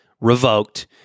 revoked